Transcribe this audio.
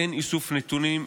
אין איסוף נתונים,